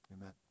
amen